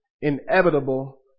inevitable